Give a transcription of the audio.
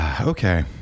Okay